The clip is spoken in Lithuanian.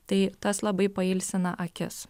tai tas labai pailsina akis